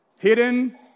Hidden